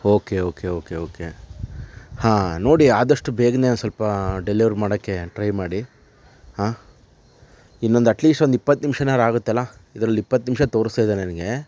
okay okay okay okay ಹಾಂ ನೋಡಿ ಆದಷ್ಟು ಬೇಗನೆ ಒ ಸ್ವಲ್ಪ ಡೆಲಿವರ್ ಮಾಡೋಕ್ಕೆ ಟ್ರೈ ಮಾಡಿ ಹಾ ಇನ್ನೊಂದು ಅಟ್ಲೀಸ್ಟ್ ಒಂದು ಇಪ್ಪತ್ತು ನಿಮ್ಷನಾರು ಆಗುತ್ತಲ್ಲ ಇದ್ರಲ್ಲಿ ಇಪ್ಪತ್ತು ನಿಮಿಷ ತೋರಿಸ್ತಾ ಇದೆ ನನಗೆ